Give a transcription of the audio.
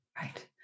right